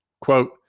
Quote